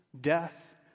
death